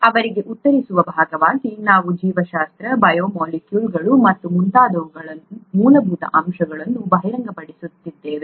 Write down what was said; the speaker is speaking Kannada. ಅವರಿಗೆ ಉತ್ತರಿಸುವ ಭಾಗವಾಗಿ ನಾವು ಜೀವಶಾಸ್ತ್ರ ಬಯೋಮಾಲಿಕ್ಯೂಲ್ಗಳು ಮತ್ತು ಮುಂತಾದವುಗಳ ಮೂಲಭೂತ ಅಂಶಗಳನ್ನು ಬಹಿರಂಗಪಡಿಸುತ್ತಿದ್ದೇವೆ